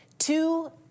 Two